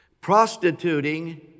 prostituting